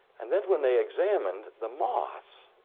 and then when they examined the moths,